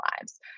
lives